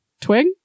twig